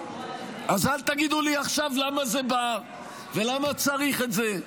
אז אל תגידו לי עכשיו למה זה בא ולמה צריך את זה.